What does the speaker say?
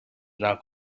now